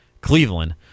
Cleveland